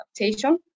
adaptation